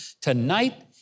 Tonight